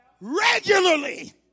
Regularly